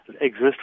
exist